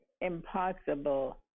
impossible